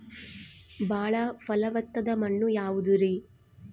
ಬಾಳ ಫಲವತ್ತಾದ ಮಣ್ಣು ಯಾವುದರಿ?